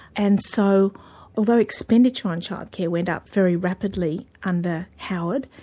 and so although expenditure on childcare went up very rapidly under howard,